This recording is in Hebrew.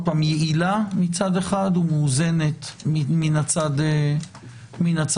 יעילה מצד אחד, ומאוזנת מן הצד השני.